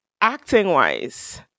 Acting-wise